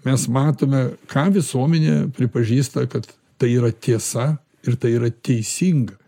mes matome ką visuomenė pripažįsta kad tai yra tiesa ir tai yra teisinga